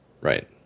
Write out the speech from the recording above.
Right